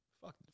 fuck